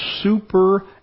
super